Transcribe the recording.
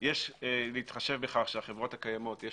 בהתחשב בכך שלחברות הקיימות יש